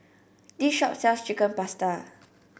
this shop sells Chicken Pasta